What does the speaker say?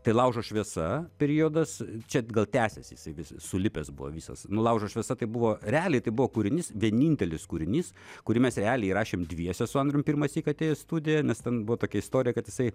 tai laužo šviesa periodas čia gal tęsiasi jisai visas sulipęs buvo visas nu laužo šviesa tai buvo realiai tai buvo kūrinys vienintelis kūrinys kurį mes realiai rašėm dviese su andrium pirmąsyk atėję į studiją nes ten buvo tokia istorija kad jisai